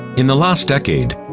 in the last decade,